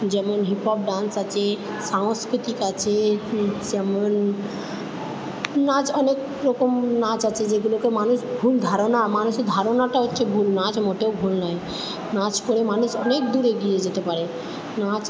যেমন hip hop dance আছে সাংস্কৃতিক আছে যেমন নাচ অনেক রকম নাচ আছে যেগুলোকে মানুষ ভুল ধারণা মানুষের ধারণাটা হচ্ছে ভুল নাচ মোটেও ভুল নয় নাচ করে মানুষ অনেক দূর এগিয়ে যেতে পারে নাচ